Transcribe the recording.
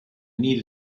need